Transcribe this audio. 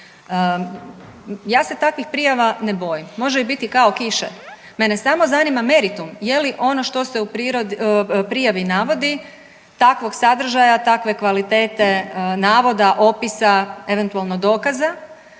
ja se takvih prijava ne bojim, može ih biti kao kiše. Mene samo zanima meritum, je li ono što se u prijavi navodi takvog sadržaja, takve kvalitete navoda, opis, eventualno dokaza